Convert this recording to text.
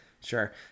Sure